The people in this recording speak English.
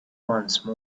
once